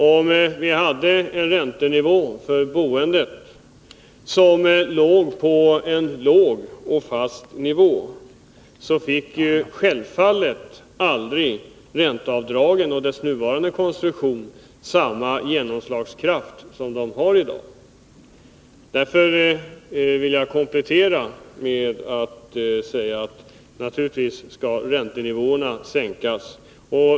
Om vi hade en låg och fast räntenivå för boendet skulle självfallet ränteavdragen och deras nuvarande konstruktion aldrig få den genomslagskraft som de har i dag. Därför vill jag komplettera med att säga att räntenivåerna naturligtvis bör sänkas.